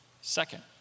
second